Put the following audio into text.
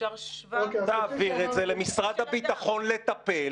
תעביר את זה למשרד הביטחון לטפל,